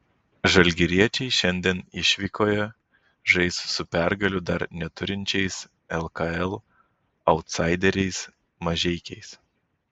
žalgiriečiai šiandien išvykoje žais su pergalių dar neturinčiais lkl autsaideriais mažeikiais